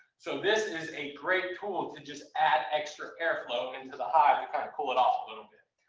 so this is a great tool to just add extra airflow into the hive to kind of cool it off a little bit.